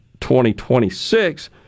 2026